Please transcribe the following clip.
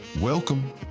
Welcome